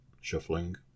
Shuffling